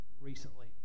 recently